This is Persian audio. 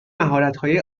مهارتهای